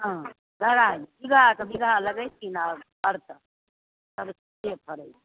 हँ बीघाके बीघा लगैथिन आओर फड़तन